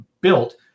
built